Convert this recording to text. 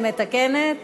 אני מתקנת: